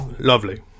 Lovely